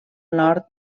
nord